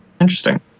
Interesting